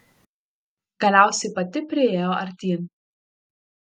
galiausiai pati priėjo artyn